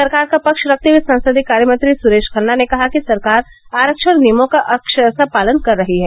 सरकार का पक्ष रखते हुए संसदीय कार्यमंत्री सुरेश खन्ना ने कहा कि सरकार आरक्षण नियमों का अक्षरशः पालन कर रही है